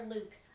Luke